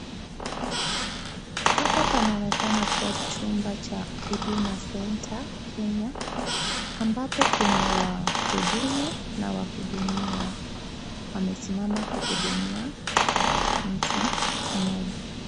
Hapa panaonekana kuwa chumba cha huduma centre kenya ambapo kuna mhudumu na wahudumiwa wamesimama kuhudumia mtu moja.